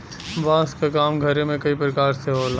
बांस क काम घरे में कई परकार से होला